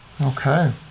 Okay